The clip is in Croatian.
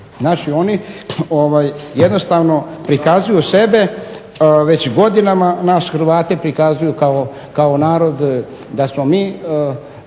Znači, oni jednostavno prikazuju sebe već godinama nas Hrvate prikazuju kao narod da smo mi